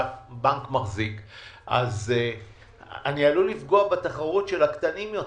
אני עלול לפגוע בתחרות של הקטנים יותר.